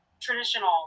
traditional